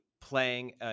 playing